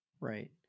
Right